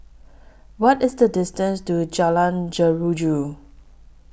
What IS The distance to Jalan Jeruju